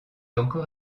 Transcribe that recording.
encore